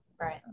right